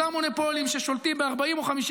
אותם מונופולים ששולטים ב-40 או ב-50